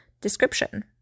description